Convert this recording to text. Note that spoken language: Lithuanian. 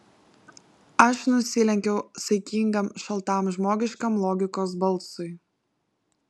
aš nusilenkiau saikingam šaltam žmogiškam logikos balsui